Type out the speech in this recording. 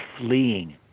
fleeing